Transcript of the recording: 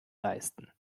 leisten